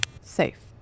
Safe